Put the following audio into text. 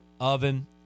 oven